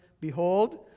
Behold